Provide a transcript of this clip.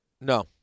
No